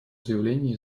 заявление